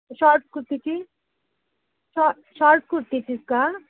short कुर्तीची शॉ short कुर्तीचीच का